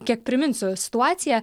kiek priminsiu situaciją